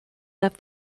left